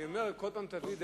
אני אומר: כל פעם תביא את זה,